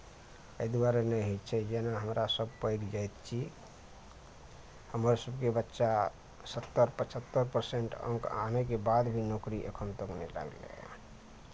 एहि दुआरे नहि होइ छै जेना हमरा सब पैघ जाइत छी हमर सबके बच्चा सत्तरि पचहत्तरि परसेन्ट अंक आनैके बाद भी नौकरी अखन तक नहि लागलैया